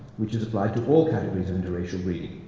which is applied to all categories of interracial breeding.